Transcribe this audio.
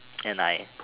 and I